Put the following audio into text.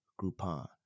Groupon